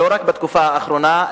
לא רק בתקופה האחרונה,